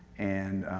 and